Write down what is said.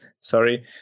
Sorry